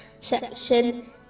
section